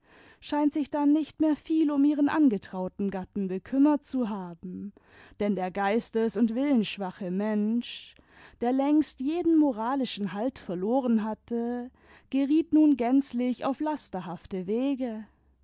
scheint sich dann nicht mehr viel um ihren angetrauten gatten bekümmert zu haben denn der geistesund willensschwache mensch der längst jeden moralischen halt verloren hatte geriet nun gänzlich auf lasterhafte wege